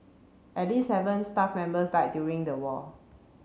at least seven staff members died during the war